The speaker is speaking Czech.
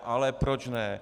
Ale proč ne?